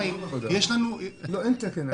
בינתיים יש לנו --- לא, אין תקן.